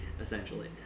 essentially